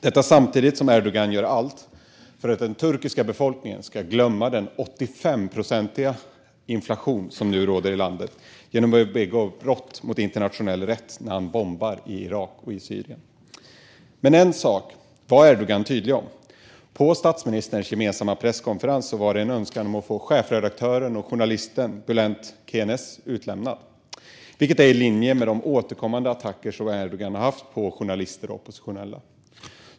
Detta sker samtidigt som Erdogan gör allt för att den turkiska befolkningen ska glömma den 85-procentiga inflation som nu råder i landet genom att begå brott mot internationell rätt när han bombar i Irak och Syrien. Men en sak var Erdogan tydlig med, nämligen att på den gemensamma presskonferensen med statsministern framföra önskemålet att få chefredaktören och journalisten Bülent Kenes utlämnad, vilket är i linje med de återkommande attacker som Erdogan gjort på journalister och oppositionella.